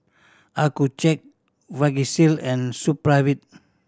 Accucheck Vagisil and Supravit